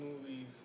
movies